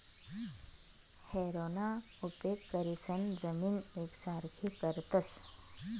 हॅरोना उपेग करीसन जमीन येकसारखी करतस